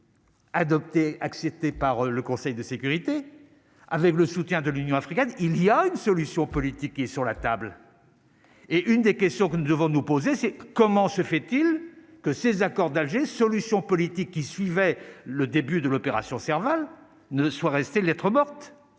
adoptée acceptée par le Conseil de sécurité, avec le soutien de l'Union africaine, il y a une solution politique est sur la table et une des questions que nous devons nous poser, c'est comment se fait-il que ces accords d'Alger solution politique qui suivait le début de l'opération Serval ne soient restées lettre morte